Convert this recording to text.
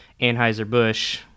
Anheuser-Busch